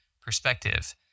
perspective